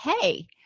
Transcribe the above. hey